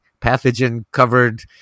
pathogen-covered